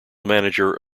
manager